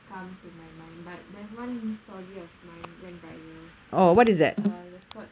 come to my mind but there is one story of mine went viral it was called